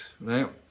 right